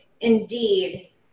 indeed